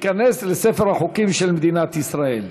ותיכנס לספר החוקים של מדינת ישראל.